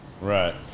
Right